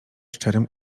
szczerym